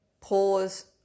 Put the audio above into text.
pause